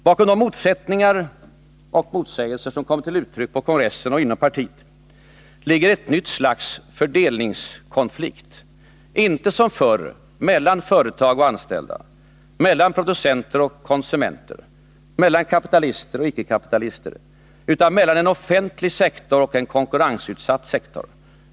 Bakom de motsättningar och motsägelser som kommit till uttryck på kongressen och inom partiet ligger ett nytt slags fördelningskonflikt. Inte som förr mellan företag och anställda. Mellan producenter och konsumenter. Mellan kapitalister och icke-kapitalister. Utan mellan en offentlig sektor och en konkurrensutsatt sektor.